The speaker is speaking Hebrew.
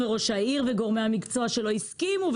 וראש העיר וגורמי המקצוע שלו הסכימו,